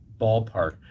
ballpark